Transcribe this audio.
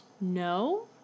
No